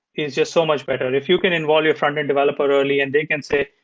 it's just so much better. if you can involve your frontend developer early and they can say,